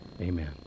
Amen